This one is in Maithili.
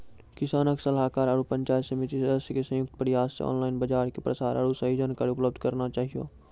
किसान सलाहाकार आरु पंचायत समिति सदस्य के संयुक्त प्रयास से ऑनलाइन बाजार के प्रसार आरु सही जानकारी उपलब्ध करना चाहियो?